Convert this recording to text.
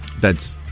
beds